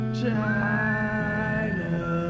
China